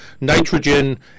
nitrogen